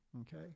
okay